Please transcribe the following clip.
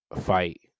fight